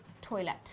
toilet